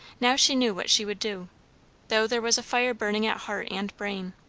now she knew what she would do though there was a fire burning at heart and brain.